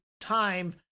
time